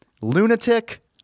lunatic